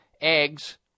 eggs